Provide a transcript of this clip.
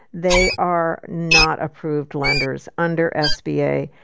they are not approved lenders under sba.